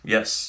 Yes